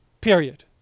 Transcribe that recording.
Period